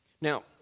Now